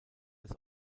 des